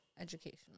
Educational